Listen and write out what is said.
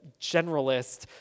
generalist